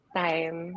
time